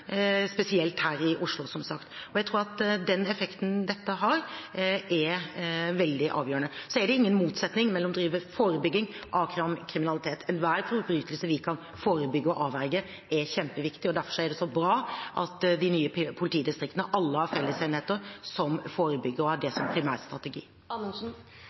spesielt her i Oslo, som sagt. Jeg tror at den effekten det har, er veldig avgjørende. Det er ingen motsetning til det å drive forebygging av kriminalitet. Enhver forbrytelse vi kan forebygge og avverge, er kjempeviktig, og derfor er det bra at alle de nye politidistriktene har fellesenheter som forebygger og har dette som primærstrategi. Når jeg tar det